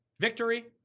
Victory